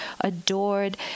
adored